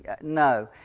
No